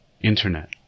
internet